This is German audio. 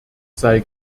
sei